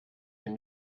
dem